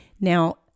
Now